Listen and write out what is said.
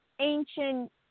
ancient